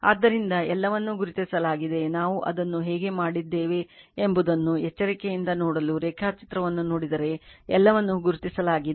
ಆದ್ದರಿಂದ ಎಲ್ಲವನ್ನೂ ಗುರುತಿಸಲಾಗಿದೆ ನಾವು ಅದನ್ನು ಹೇಗೆ ಮಾಡಿದ್ದೇವೆ ಎಂಬುದನ್ನು ಎಚ್ಚರಿಕೆಯಿಂದ ನೋಡಲು ರೇಖಾಚಿತ್ರವನ್ನು ನೋಡಿದರೆ ಎಲ್ಲವನ್ನೂ ಗುರುತಿಸಲಾಗಿದೆ